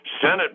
Senate